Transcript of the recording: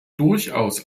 durchaus